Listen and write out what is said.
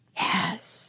Yes